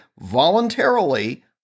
voluntarily